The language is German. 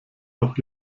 noch